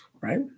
right